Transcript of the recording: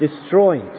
destroyed